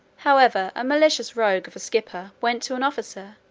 however, a malicious rogue of a skipper went to an officer,